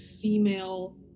female